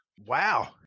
Wow